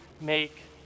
make